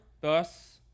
thus